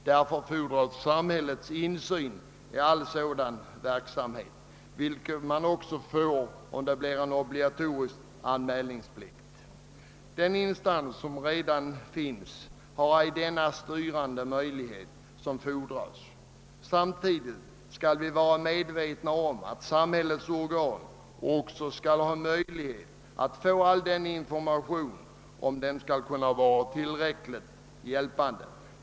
Därför fordras samhällets insyn i all sådan verksamhet, och den får man också om en obligatorisk anmälningsplikt införs. Den instans som redan finns har ej den möjlighet till styrning som krävs. Samtidigt skall vi vara medvetna om att samhällets organ måste ha möjlighet att få all den information som behövs, om de skall kunna vara tillräckligt hjälpande.